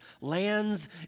lands